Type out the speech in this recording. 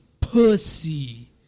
pussy